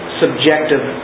subjective